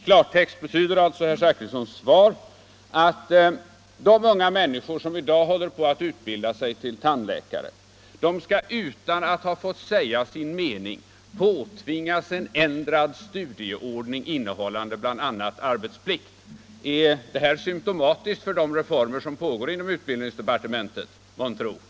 I klartext betyder alltså herr Zachrissons svar att de unga människor som i dag håller på att utbilda sig till tandläkare utan att ha fått säga sin mening skall påtvingas en ändrad stu dieordning som bl.a. innehåller arbetsplikt. Är detta månne symtoma — Nr 13 . sr 4 O i i i ä 44 tiskt för det reformarbete som pågår inom utbildningsdepartementet? Torsdagen den